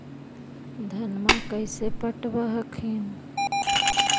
धन्मा कैसे पटब हखिन?